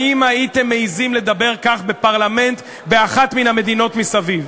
האם הייתם מעִזים לדבר כך בפרלמנט באחת המדינות מסביב?